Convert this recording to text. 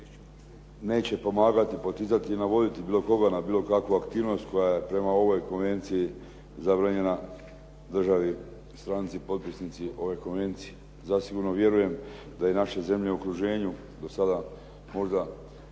neće pomagati, poticati ni navoditi bilo koga na bilo kakvu aktivnost koja je prema ovoj Konvenciji zabranjena državi stranci potpisnici ove konvencije. Zasigurno vjerujem da je naša zemlja u okruženju do sada možda